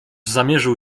zamierzył